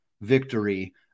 victory